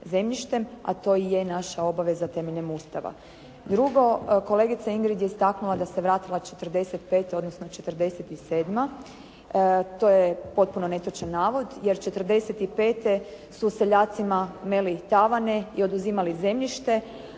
a to i je naša obaveza temeljem Ustava. Drugo, kolegica Ingrid je istaknula da se vratila '45., odnosno '47. To je potpuno netočan navod, jer '45. su seljacima meli tavane i oduzimali zemljište.